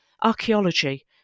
archaeology